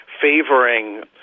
favoring